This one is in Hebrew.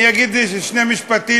אני אגיד שני משפטים,